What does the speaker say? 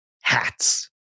hats